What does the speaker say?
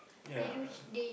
ya